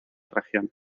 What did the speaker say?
región